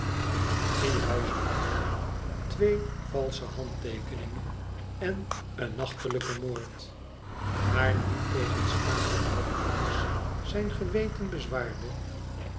huisbraken twee valsche handteekeningen en een nachtelijken moord maar niettegenstaande dat alles zijn p eweten